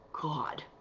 God